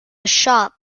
shop